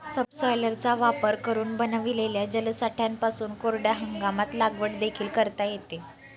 सबसॉयलरचा वापर करून बनविलेल्या जलसाठ्यांपासून कोरड्या हंगामात लागवड देखील करता येते